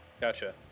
Gotcha